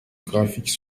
graphique